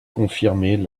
confirmer